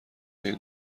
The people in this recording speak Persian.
این